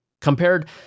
Compared